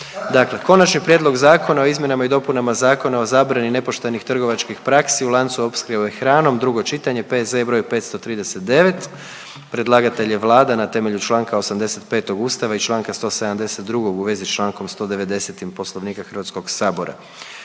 Konačni prijedlog zakona o izmjenama i dopunama Zakona o zabrani nepoštenih trgovačkih praksi u lancu opskrbe hranom, drugo čitanje, P.Z.E. br. 539. Predlagatelj je Vlada na temelju čl. 85. Ustava i čl. 172. u vezi s čl. 190. Poslovnika HS. Prigodom